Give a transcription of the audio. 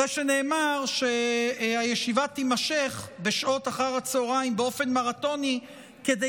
אחרי שנאמר שהישיבה תימשך בשעות אחר הצוהריים באופן מרתוני כדי